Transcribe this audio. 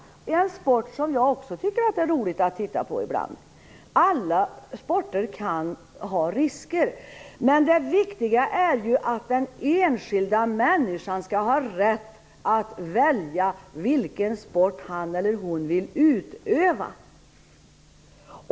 Ishockey är också en sport som jag tycker att det är roligt att titta på ibland. Alla sporter kan ha risker, men det viktiga är ju att den enskilda människan skall ha rätt att välja vilken sport han eller hon vill utöva.